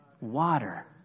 Water